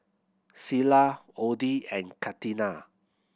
Cilla Odie and Catina